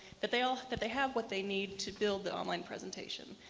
that they ah that they have what they need to build the online presentation.